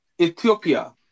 Ethiopia